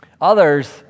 Others